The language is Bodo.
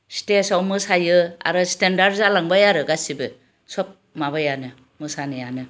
स्टेजआव मोसायो आरो स्टेन्डार्ड जालांबाय आरो गासैबो सब माबायानो मोसानायानो